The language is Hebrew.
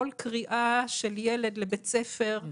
כל קריאה של ילד לבית הספר,